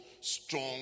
strong